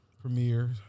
premiere